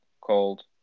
called